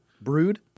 Brood